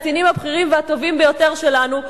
הקצינים הבכירים והטובים ביותר שלנו,